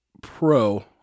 Pro